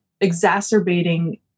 exacerbating